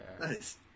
Nice